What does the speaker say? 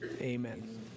amen